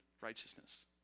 righteousness